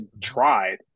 tried